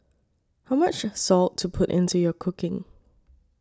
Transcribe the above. how much salt to put into your cooking